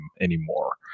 anymore